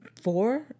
four